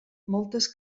moltes